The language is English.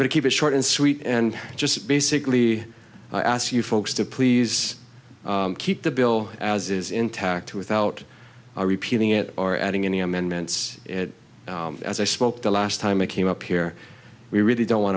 to keep it short and sweet and just basically i asked you folks to please keep the bill as is intact without our repealing it or adding any amendments as i spoke the last time i came up here we really don't want